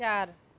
चार